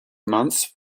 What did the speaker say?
months